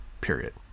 period